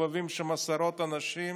מסתובבים שם עשרות אנשים,